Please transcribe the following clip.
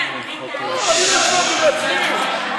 אני לא הצבעתי בעצמי.